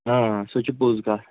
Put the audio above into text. اۭں سُہ چھُ پوٚز کَتھ